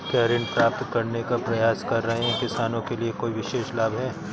क्या ऋण प्राप्त करने का प्रयास कर रहे किसानों के लिए कोई विशेष लाभ हैं?